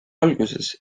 alguses